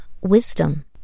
wisdom